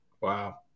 Wow